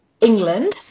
England